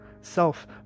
Self